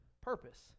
purpose